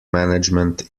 management